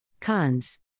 Cons